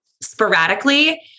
sporadically